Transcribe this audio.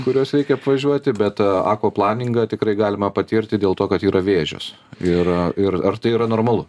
kuriuos reikia apvažiuoti bet akvaplaningą tikrai galima patirti dėl to kad yra vėžės ir ir ar tai yra normalu